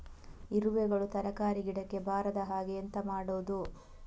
ಇರುವೆಗಳು ತರಕಾರಿ ಗಿಡಕ್ಕೆ ಬರದ ಹಾಗೆ ಎಂತ ಮಾಡುದು?